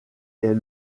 est